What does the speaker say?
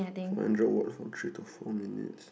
five hundred watts for three to four minutes